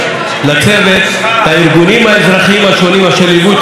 לארגונים האזרחיים השונים אשר ליוו את תהליך החקיקה.